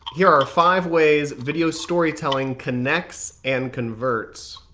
here are five ways video storytelling connects and converts.